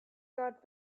not